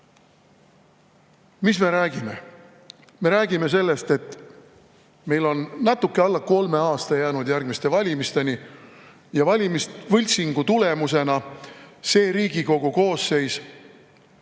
Mis me räägime? Me räägime sellest, et meil on natuke alla kolme aasta jäänud järgmiste valimisteni. Valimisvõltsingu tulemusena ei ole võimalik